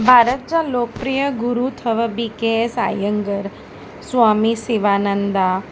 भारत जा लोकप्रिय गुरू अथव B K S Iyengar Swami Sivananda